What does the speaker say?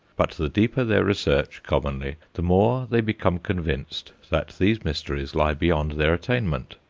but the deeper their research commonly, the more they become convinced that these mysteries lie beyond their attainment.